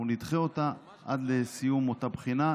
אנחנו נדחה אותה עד לסיום אותה בחינה,